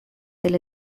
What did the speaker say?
del